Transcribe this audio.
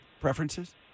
preferences